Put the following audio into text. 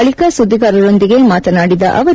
ಬಳಕ ಸುಧಿಗಾರರೊಂದಿಗೆ ಮಾತನಾಡಿದ ಅವರು